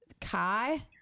Kai